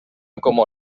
como